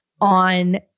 on